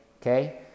okay